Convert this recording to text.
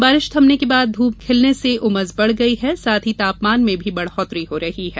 बारिश थमने के बाद धूप खिलने से उमस बढ़ गयी है साथ ही तापमान में भी बढोत्तरी हो रही है